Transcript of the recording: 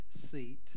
seat